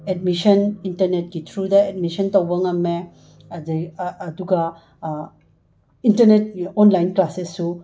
admission ꯏꯟꯇꯔꯅꯦꯠꯀꯤ ꯊ꯭ꯔꯨꯗ admission ꯇꯧꯕ ꯉꯝꯃꯦ ꯑꯗꯩ ꯑꯗꯨꯒ ꯏꯟꯇꯔꯅꯦꯠ ꯑꯣꯟꯂꯥꯏꯟ ꯀ꯭ꯂꯥꯁꯦꯁꯁꯨ